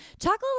chocolate